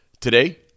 today